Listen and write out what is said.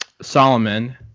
solomon